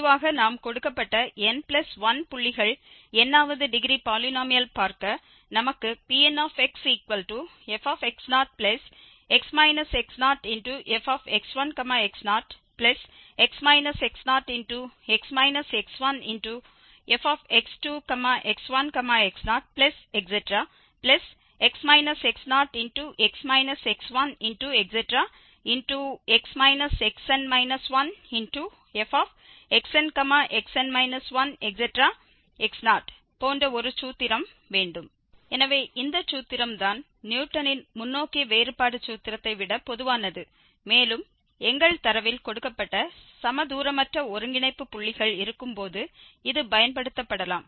பொதுவாக நாம் கொடுக்கப்பட்ட n1 புள்ளிகள் n வது டிகிரி பாலினோமியல் பார்க்க நமக்கு Pnxfx0x x0fx1x0x x0x x1fx2x1x0x x0x x1x xn 1fxnxn 1x0 போன்ற ஒரு சூத்திரம் வேண்டும் எனவே இந்த சூத்திரம் தான் நியூட்டனின் முன்னோக்கிய வேறுபாடு சூத்திரத்தை விட பொதுவானது மேலும் எங்கள் தரவில் கொடுக்கப்பட்ட சமதூரமற்ற ஒருங்கிணைப்பு புள்ளிகள் இருக்கும்போது இது பயன்படுத்தப்படலாம்